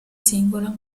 singolo